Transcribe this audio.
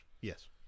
Yes